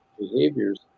behaviors